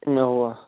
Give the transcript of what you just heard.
نَوا